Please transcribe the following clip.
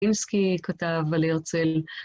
קימסקי כותב על הרצל.